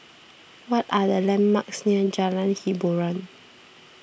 what are the landmarks near Jalan Hiboran